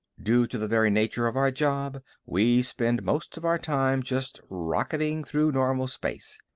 due to the very nature of our job, we spend most of our time just rocketing through normal space.